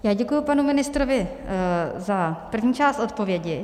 Já děkuji panu ministrovi za první část odpovědi.